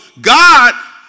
God